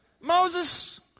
Moses